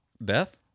Beth